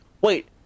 Wait